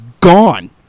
Gone